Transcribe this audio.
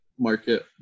market